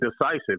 decisive